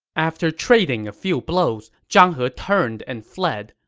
after trading a few blows, zhang he turned and fled.